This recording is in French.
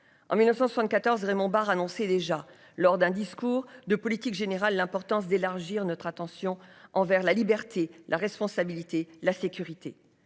en 1974 Raymond Barre déjà lors d'un discours de politique générale l'importance d'élargir notre attention envers la liberté, la responsabilité, la sécurité,